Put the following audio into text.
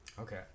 okay